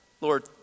Lord